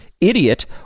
idiot